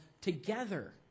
together